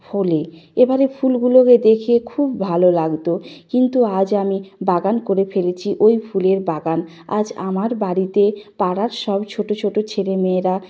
ফুলে এবারে ফুলগুলোকে দেখে খুব ভালো লাগত কিন্তু আজ আমি বাগান করে ফেলেছি ওই ফুলের বাগান আজ আমার বাড়িতে পাড়ার সব ছোট ছোট ছেলেমেয়েরা